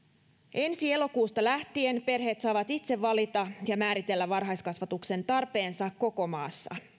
ensi elokuusta lähtien perheet saavat itse valita ja määritellä varhaiskasvatuksen tarpeensa koko maassa